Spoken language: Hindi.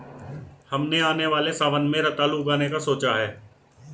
हमने आने वाले सावन में रतालू उगाने का सोचा है